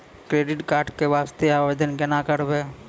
Credit card के वास्ते आवेदन केना करबै?